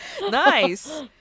Nice